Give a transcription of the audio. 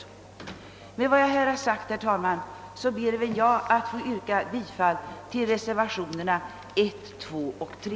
Med vad jag här har sagt, herr talman, ber även jag att få yrka bifall till reservationerna I, II och III.